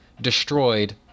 destroyed